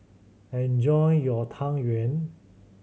enjoy your Tang Yuen